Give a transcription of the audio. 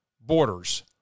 borders